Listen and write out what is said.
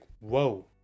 whoa